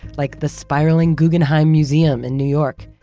like the spiraling guggenheim museum in new york,